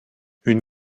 une